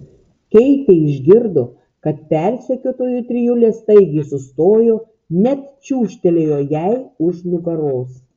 keitė išgirdo kad persekiotojų trijulė staigiai sustojo net čiūžtelėjo jai už nugaros